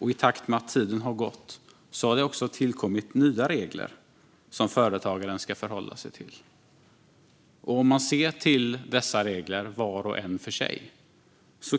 I takt med att tiden har gått har det också tillkommit nya regler som företagaren ska förhålla sig till. Om man ser till dessa regler var och en för sig